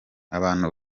abantu